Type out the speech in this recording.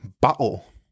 battle